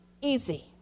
easy